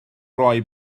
roi